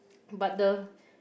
but the